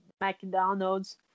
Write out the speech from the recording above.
McDonald's